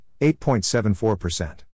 8.74%